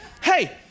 Hey